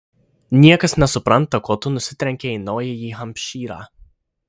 niekas nesupranta ko tu nusitrenkei į naująjį hampšyrą